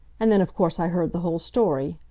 and then of course i heard the whole story.